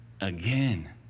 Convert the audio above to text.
again